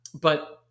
But-